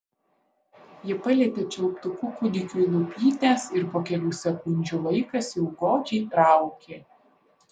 ji palietė čiulptuku kūdikiui lūpytes ir po kelių sekundžių vaikas jau godžiai traukė